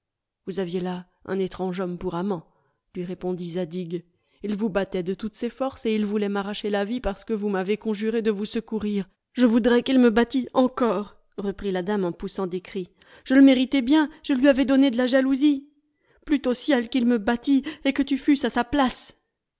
vous aviez là un étrange homme pour amant lui répondit zadig il vous battait de toutes ses forces et il voulait m'arracher la vie parceque vous m'avez conjuré de vous secourir je voudrais qu'il me battît encore reprit la dame en poussant des cris je le méritais bien je lui avais donné de la jalousie plût au ciel qu'il me battît et que tu fusses à sa place